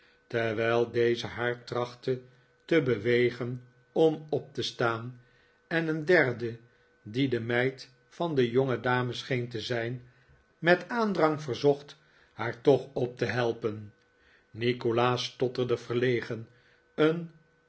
terwijl deze haar trachtte te bewegen om op te staan en een derde die de meid van de jongedame scheen te zijn met aandrang verzocht haar toch op te helpen nikolaas stotterde verlegen een